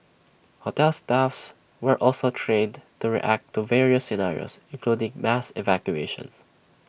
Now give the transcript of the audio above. hotel staffs were also trained to react to various scenarios including mass evacuations